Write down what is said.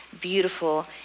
beautiful